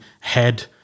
head